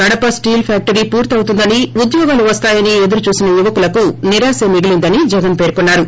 Kadapa steel factory పూర్తవుతుందని ఉద్యోగాలు వస్తాయని ఎదురు చూసిన యువకులకు నిరాశే మిగిలిందని జగన్ పెర్కున్నారు